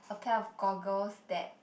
a pair of goggles that